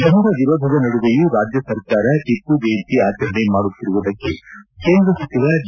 ಜನರ ವಿರೋಧದ ನಡುವೆಯೂ ರಾಜ್ಯ ಸರ್ಕಾರ ಟಿಪ್ಪು ಜಯಂತಿ ಆಚರಣೆ ಮಾಡುತ್ತಿರುವುದಕ್ಕೆ ಕೇಂದ್ರ ಸಚಿವ ಡಿ